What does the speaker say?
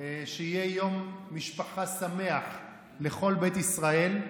שיהיה יום משפחה שמח לכל בית ישראל.